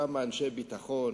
כמה אנשי ביטחון,